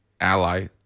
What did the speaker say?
ally